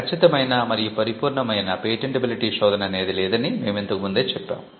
ఖచ్చితమైన మరియు పరిపూర్ణమైన పేటెంటిబిలిటీ శోధన అనేది లేదని మేము ఇంతకు ముందే చెప్పాము